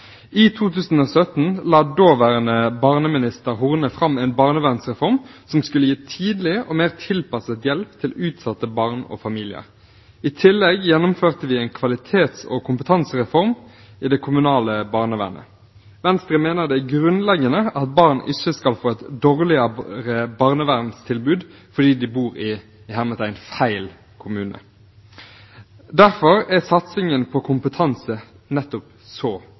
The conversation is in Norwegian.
I 2017 la daværende barneminister Solveig Horne fram en barnevernsreform som skulle gi tidlig og mer tilpasset hjelp til utsatte barn og familier. I tillegg gjennomførte vi en kvalitets- og kompetansereform i det kommunale barnevernet. Venstre mener det er grunnleggende at barn ikke skal få et dårligere barnevernstilbud fordi de bor i «feil» kommune. Derfor er nettopp satsingen på kompetanse så